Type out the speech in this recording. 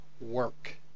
work